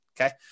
Okay